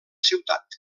ciutat